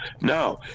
no